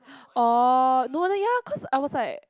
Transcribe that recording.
orh no lah ya lah cause I was like